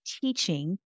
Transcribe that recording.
teaching